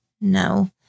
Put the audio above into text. No